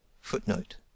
Footnote